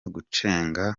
gucenga